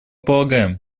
полагаем